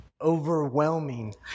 Overwhelming